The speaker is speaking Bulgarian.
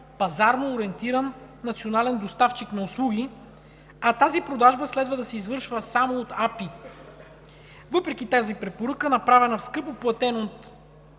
пазарно ориентиран национален доставчик на услуги, а тази продажба следва да се извършва само от АПИ. Въпреки тази препоръка, направена в скъпо платения от